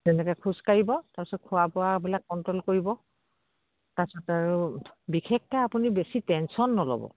তেনেকে খোজকাঢ়িব তাৰপিছত খোৱা বোৱাাবিলাক কণ্ট্ৰল কৰিব তাৰপিছত আৰু বিশেষকে আপুনি বেছি টেনচন নল'ব